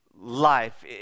Life